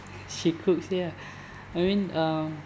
she cooks ya I mean um